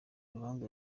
rubanza